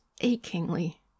achingly